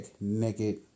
naked